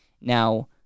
Now